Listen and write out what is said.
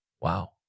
wow